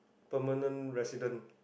permanent residents